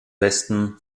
westen